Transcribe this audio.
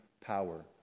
power